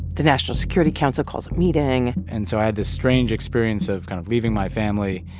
the national security council calls a meeting and so i had this strange experience of kind of leaving my family,